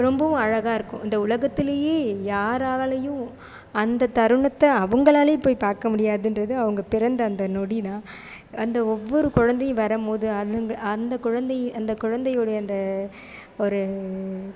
ரொம்பவும் அழகாக இருக்கும் இந்த உலகத்துலேயே யாராலேயும் அந்த தருணத்தை அவங்களாலே போய் பார்க்க முடியாதுங்றது அவங்க பிறந்த அந்த நொடி தான் அந்த ஒவ்வொரு குழந்தையும் வரும்போது அதுங்கள் அந்த குழந்தையி அந்த குழந்தையுடைய அந்த ஒரு